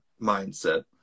mindset